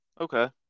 okay